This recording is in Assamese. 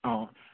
অঁ